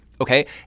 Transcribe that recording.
okay